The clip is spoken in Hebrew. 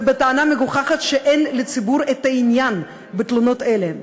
ובטענה המגוחכת שאין לציבור עניין בתלונות אלה.